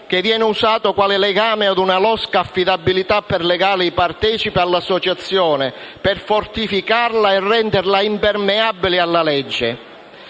che viene usato quale legame ad una losca affidabilità per legare i partecipi all'associazione, per fortificarla e renderla impermeabile alla legge.